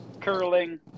curling